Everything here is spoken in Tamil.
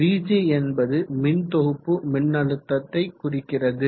vg என்பது மின்தொகுப்பு மின்னழுத்தத்தை குறிக்கிறது